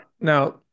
Now